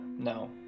No